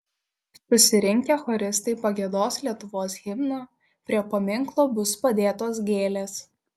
susirinkę choristai pagiedos lietuvos himną prie paminklo bus padėtos gėlės